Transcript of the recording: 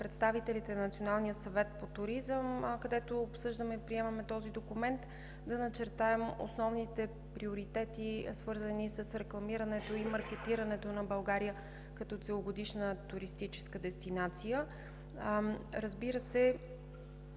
представителите на Националния съвет по туризъм, където обсъждаме и приемаме този документ, да начертаем основните приоритети, свързани с рекламирането и маркетирането на България като целогодишна туристическа дестинация. Разбира се,